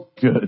good